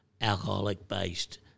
alcoholic-based